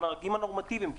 הנהגים הנורמטיביים,